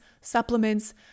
supplements